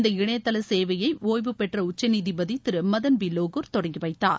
இந்த இணையதள சேவையை ஒய்வூபெற்ற உச்சநீதிபதி திரு மதன் பி லோகூர் தொடங்கி வைத்தார்